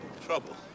Trouble